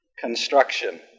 Construction